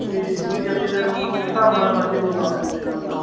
ਤੇ ਤੁਸੀਂ ਅੱਗੇ ਫੇਰ ਮੈਨੂੰ ਉਸ ਸਾਬ ਨਾਲ ਬਾਕੀ ਰੋਲ ਦੱਸ ਦਿਓ ਜਿਵੇਂ ਹੋਇਆ